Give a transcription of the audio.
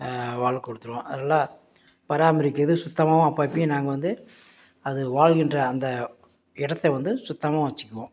வாழ்க்க கொடுத்துருவோம் அதை நல்லா பராமரிக்கிறது சுத்தமாகவும் அப்போ அப்போயும் நாங்கள் வந்து அது வாழ்கின்ற அந்த இடத்தை வந்து சுத்தமாக வச்சிக்கிவோம்